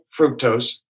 fructose